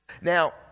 Now